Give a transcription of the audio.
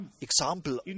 example